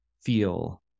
feel